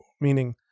meaning